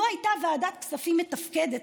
לו הייתה ועדת כספים מתפקדת,